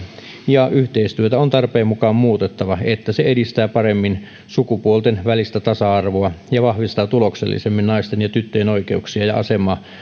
ja yhteistyötä on tarpeen mukaan muutettava niin että se edistää paremmin sukupuolten välistä tasa arvoa ja vahvistaa tuloksellisemmin naisten ja tyttöjen oikeuksia ja asemaa